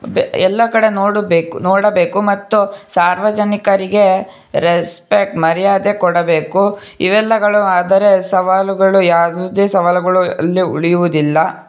ಬೆ ಎಲ್ಲ ಕಡೆ ನೋಡಬೇಕು ನೋಡಬೇಕು ಮತ್ತು ಸಾರ್ವಜನಿಕರಿಗೆ ರೆಸ್ಪೆಕ್ಟ್ ಮರ್ಯಾದೆ ಕೊಡಬೇಕು ಇವೆಲ್ಲಗಳು ಆದರೆ ಸವಾಲುಗಳು ಯಾವುದೇ ಸವಾಲುಗಳು ಅಲ್ಲೇ ಉಳಿಯುವುದಿಲ್ಲ